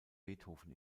beethoven